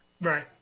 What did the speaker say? Right